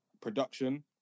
Production